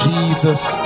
Jesus